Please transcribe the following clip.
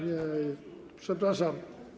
Nie, przepraszam.